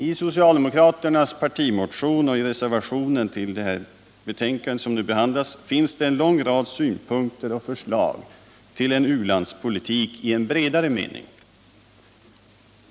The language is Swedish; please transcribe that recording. I socialdemokraternas partimotion och i reservationerna till det betänkande som nu behandlas finns det en lång rad synpunkter och förslag till en ulandspolitik i en bredare mening.